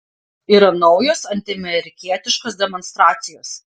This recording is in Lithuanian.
yra naujos antiamerikietiškos demonstracijos